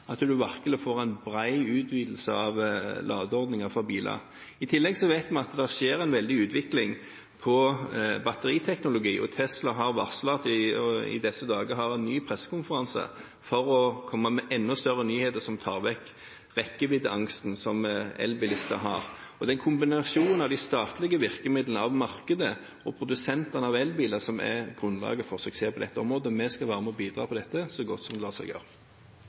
at man virkelig får en bred utvidelse av ladeordningen for biler. I tillegg vet vi at det skjer en veldig utvikling på batteriteknologi. Tesla har varslet at de i disse dager har en ny pressekonferanse for å komme med enda større nyheter som tar vekk rekkeviddeangsten som elbilister har. Det er kombinasjonen av de statlige virkemidlene og markedet og produsentene av elbiler som er grunnlaget for suksess på dette området. Vi skal være med og bidra til dette så godt det lar seg gjøre.